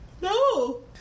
No